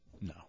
No